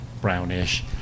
brownish